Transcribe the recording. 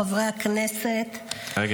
חברי הכנסת --- רגע,